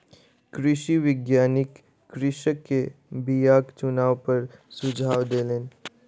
कृषि वैज्ञानिक कृषक के बीयाक चुनाव पर सुझाव देलैन